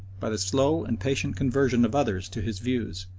by the slow and patient conversion of others to his views,